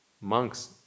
monks